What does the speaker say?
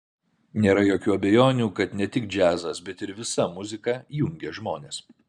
nėra jokių abejonių kad ne tik džiazas bet ir visa muzika jungia žmonės